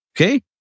okay